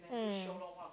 mm